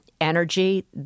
energy